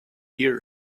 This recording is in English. here